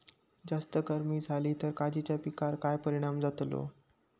जास्त गर्मी जाली तर काजीच्या पीकार काय परिणाम जतालो?